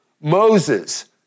Moses